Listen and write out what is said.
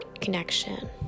connection